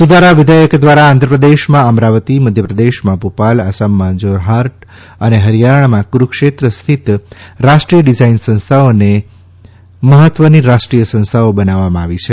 સુધારાવિધેયક દ્વારા આંધ્રપ્રદેશમાં અમરાવતી મધ્યપ્રદેશમાં ભોપાલ આસમમાં જોરહાટ અને હરિથાણામાં કુરૂક્ષેત્ર સ્થિત રાષ્રીદાય ડિઝાઇન સંસ્થાઓને રાષ્રીભોય મહત્વની સંસ્થાઓ બનાવવામાં આવી છે